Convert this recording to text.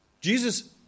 Jesus